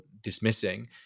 dismissing